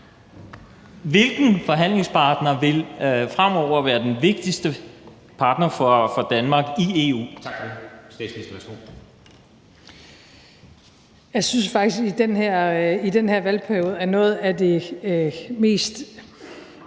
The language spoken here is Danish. Hvilken forhandlingspartner vil fremover være den vigtigste partner for Danmark i EU?